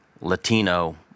Latino